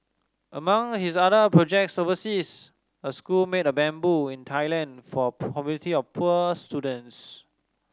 among his other projects overseas a school made of bamboo in Thailand for a community of poor students